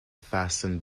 fasten